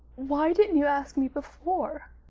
why didn't you ask me before?